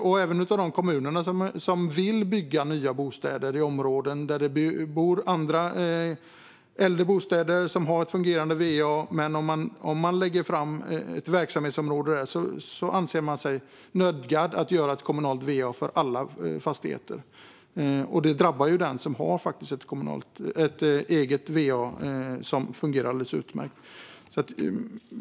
Det gäller även de kommuner som vill bygga nya bostäder i områden där det finns äldre bostäder som har ett fungerande va. Men om kommunen lägger ett verksamhetsområde där anser man sig nödgad att göra ett kommunalt va för alla fastigheter, och det drabbar den som har ett eget va som fungerar alldeles utmärkt.